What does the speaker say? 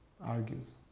argues